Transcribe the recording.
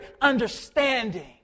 understanding